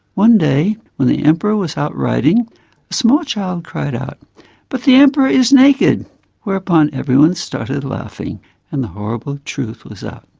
one day when the emperor was out riding a small child cried out but the emperor is naked whereupon everyone started laughing and the horrible truth was out.